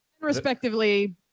Respectively